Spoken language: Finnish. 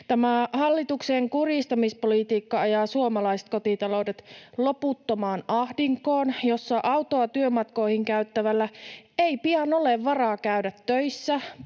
hallituksen kurjistamispolitiikka ajaa suomalaiset kotitaloudet loputtomaan ahdinkoon, jossa autoa työmatkoihin käyttävällä ei pian ole varaa käydä töissä